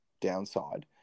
downside